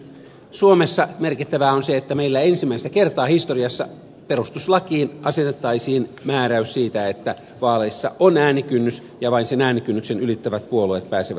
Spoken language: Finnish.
suomessa merkittävää on se että meillä ensimmäistä kertaa historiassa perustuslakiin asetettaisiin määräys siitä että vaaleissa on äänikynnys ja vain sen äänikynnyksen ylittävät puolueet pääsevät eduskuntaan